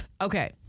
Okay